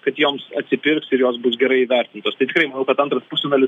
kad joms atsipirks ir jos bus gerai įvertintos tai tikrai manau kad antras pusfinalis